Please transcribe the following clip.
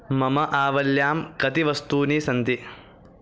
मम आवल्यां कति वस्तूनि सन्ति